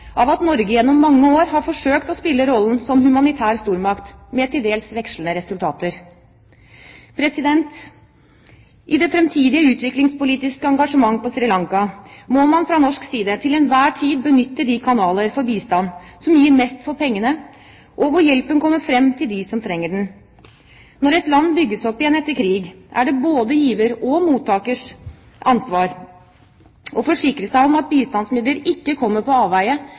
av at Norge gjennom mange år har forsøkt å spille rollen som humanitær stormakt, med til dels vekslende resultater. I det framtidige utviklingspolitiske engasjement på Sri Lanka må man fra norsk side til enhver tid benytte de kanaler for bistand som gir mest for pengene, og hvor hjelpen kommer fram til dem som trenger den. Når et land bygges opp igjen etter krig, er det både giver og mottakers ansvar å forsikre seg om at bistandsmidler ikke kommer på avveier